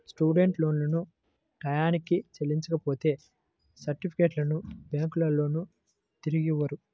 student లోన్లను టైయ్యానికి చెల్లించపోతే సర్టిఫికెట్లను బ్యాంకులోల్లు తిరిగియ్యరు